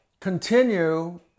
continue